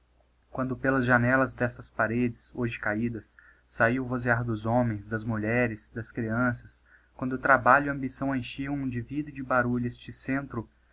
quando pelas janellas destas paredes hoje cabidas sahia o vozear dos homens das mulheres dascreanças quando o trabalho e a ambição enchiam de vida e de barulho este centro